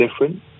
different